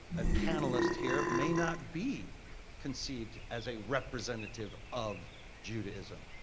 a panelist here may not be conceived as a representative of judaism.